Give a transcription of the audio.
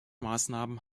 maßnahmen